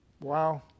Wow